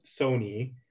Sony